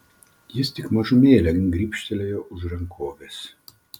jis tik mažumėlę gribštelėjo už rankovės